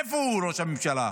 איפה הוא, ראש הממשלה?